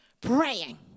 praying